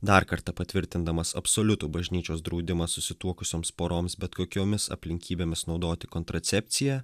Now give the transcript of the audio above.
dar kartą patvirtindamas absoliutų bažnyčios draudimą susituokusioms poroms bet kokiomis aplinkybėmis naudoti kontracepciją